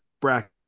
Bracket